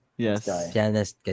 Yes